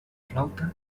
flauta